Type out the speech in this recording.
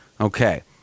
Okay